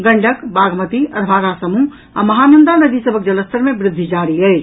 गंडक बागमती अधवारा समूह आ महानंदा नदी सभक जलस्तर मे वृद्धि जारी अछि